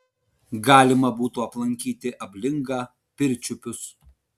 galima būtų aplankyti ablingą pirčiupius